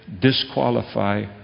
disqualify